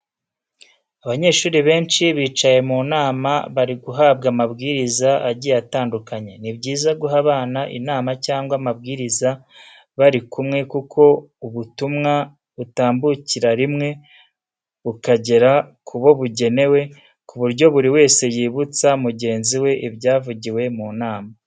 Abanyeshuri benshi bicaye mu nama, bari guhabwa amabwiriza agiye atandukanye. Ni byiza guha abana inama cyangwa amabwiriza bari kumwe kuko ubutumwa butambukira rimwe bukagera kubo bugenewe, ku buryo buri wese yibutsa mugenzi we ibyavugiwe mu nama.